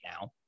now